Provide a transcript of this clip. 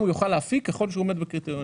הוא יוכל להפיק ככל שהוא עומד בקריטריונים.